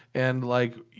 and like.